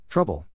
Trouble